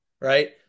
right